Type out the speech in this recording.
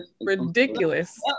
ridiculous